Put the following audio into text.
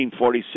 1946